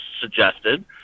suggested